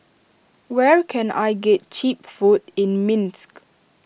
where can I get Cheap Food in Minsk